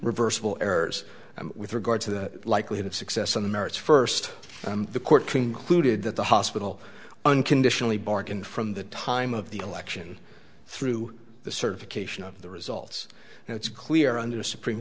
reversible errors with regard to the likelihood of success on the merits first the court concluded that the hospital unconditionally bargain from the time of the election through the certification of the results and it's clear under the supreme